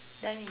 done already